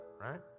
right